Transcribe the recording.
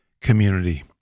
community